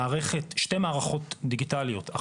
שלוש מערכות דיגיטליות,